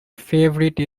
favourite